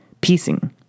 Piecing